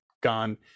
gone